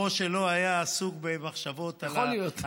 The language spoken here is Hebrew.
הראש שלו היה עסוק במחשבות, יכול להיות.